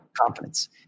confidence